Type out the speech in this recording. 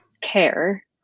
care